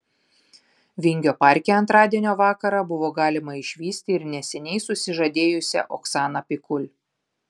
vingio parke antradienio vakarą buvo galima išvysti ir neseniai susižadėjusią oksaną pikul